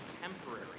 temporary